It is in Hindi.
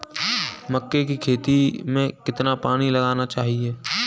मक्के की खेती में कितना पानी लगाना चाहिए?